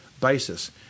basis